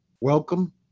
Welcome